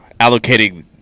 allocating